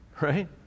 right